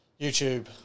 YouTube